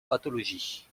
pathologie